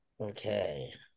Okay